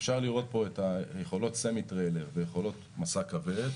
אפשר לראות פה את יכולות הסמיטריילר ויכולות משא כבד